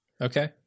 Okay